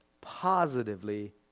positively